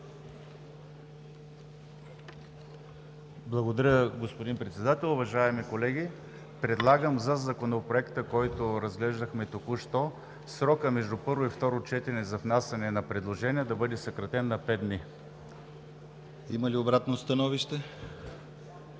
Благодаря, господин Председател. Уважаеми колеги, предлагам за Законопроекта, който разглеждахме току-що, срокът между първо и второ четене за внасяне на предложения да бъде съкратен на пет дни. ПРЕДСЕДАТЕЛ ДИМИТЪР